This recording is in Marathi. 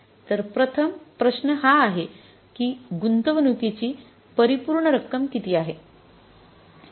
तर प्रथम प्रश्न हा आहे की गुंतवणूकीची परिपूर्ण रक्कम किती आहे